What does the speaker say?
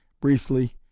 briefly